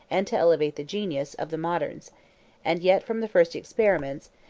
and to elevate the genius, of the moderns and yet, from the first experiments,